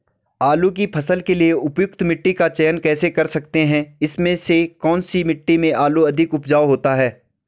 आलू की फसल के लिए उपयुक्त मिट्टी का चयन कैसे कर सकते हैं इसमें से कौन सी मिट्टी में आलू अधिक उपजाऊ होता है?